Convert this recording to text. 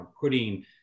putting